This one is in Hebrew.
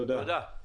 תודה.